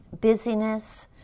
Busyness